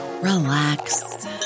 relax